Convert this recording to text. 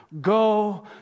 go